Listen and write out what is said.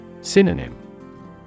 Synonym